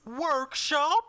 workshop